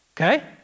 Okay